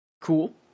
cool